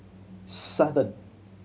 seven